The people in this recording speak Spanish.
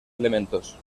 elementos